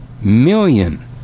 million